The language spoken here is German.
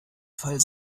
fall